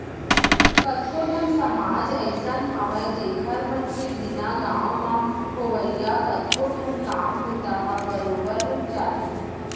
कतको ठन समाज अइसन हावय जेखर मन के बिना गाँव म होवइया कतको ठन काम बूता ह बरोबर रुक जाथे